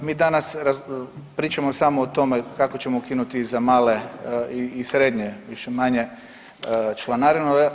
Mi danas pričamo samo o tome kako ćemo ukinuti za male i srednje više-manje članarinu.